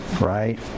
right